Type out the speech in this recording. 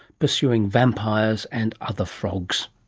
pursuing vampires and other frogs.